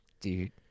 Dude